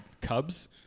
Cubs